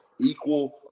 equal